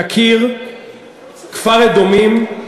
יקיר, כפר-אדומים,